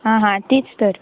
हां हां तीच तर